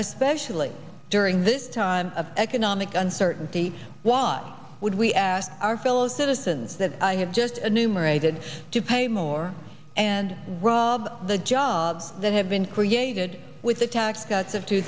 especially during this time of economic uncertainty why would we ask our fellow citizens that i have just a numerated to pay more and rob the jobs that have been created with the tax cuts of two